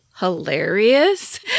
hilarious